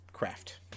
craft